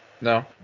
No